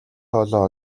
хоолоо